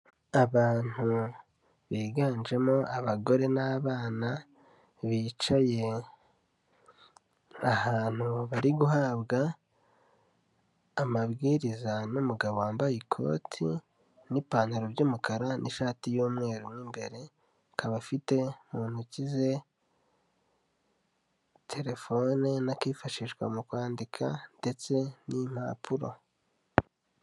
Abantu biganjemo abagore n'abana, bicaye ahantu bari guhabwa amabwiriza n'umugabo wambaye ikoti n'ipantaro by'umukara n'ishati y'umweru mo imbere, akaba afite mu ntoki ze telefone n'akifashishwa mu kwandika ndetse n'impapuro.